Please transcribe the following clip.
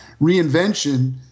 Reinvention